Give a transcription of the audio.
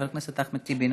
חבר הכנסת אחמד טיבי,